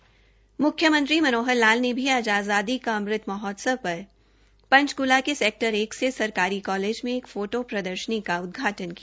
म्ख्यमंत्री मनोहर लाल ने भी आज आज़ादी का अमृत महोत्सव पर पंचक्ला के सेक्टर एक स्थित सरकारी कालेज में एक फोटो प्रदर्शनी का उदघाटन किया